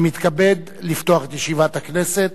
אני מתכבד לפתוח את ישיבת הכנסת.